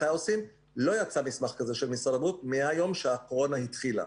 מתי עושים לא יצא מסמך כזה של משרד הבריאות מהיום שהקורונה התחילה.